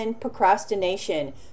procrastination